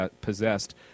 possessed